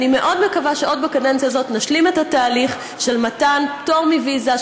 ואני מאוד מקווה שעוד בקדנציה הזאת נשלים את התהליך של מתן פטור מוויזה,